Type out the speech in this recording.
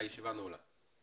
הישיבה ננעלה בשעה